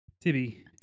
Tibby